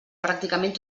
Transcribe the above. pràcticament